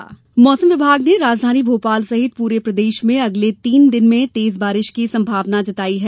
मौसम बारिश मौसम विभाग ने राजधानी भोपाल सहित पूरे प्रदेश में अगले तीन दिन तेज बारिश की संभावना जताई है